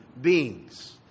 beings